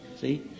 See